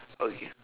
okay